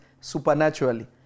supernaturally